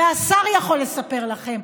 והשר יכול לספר לכם,